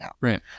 right